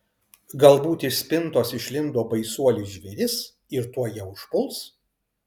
galbūt iš spintos išlindo baisuolis žvėris ir tuoj ją užpuls